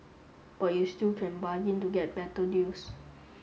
but you still can bargain to get better deals